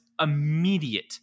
immediate